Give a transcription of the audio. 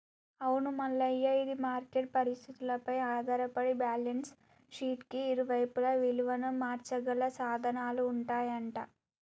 అవును మల్లయ్య ఇది మార్కెట్ పరిస్థితులపై ఆధారపడి బ్యాలెన్స్ షీట్ కి ఇరువైపులా విలువను మార్చగల సాధనాలు ఉంటాయంట